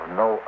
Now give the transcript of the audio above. no